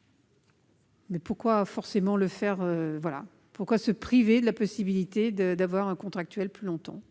? Pourquoi se priver de la possibilité d'avoir un contractuel plus longtemps ?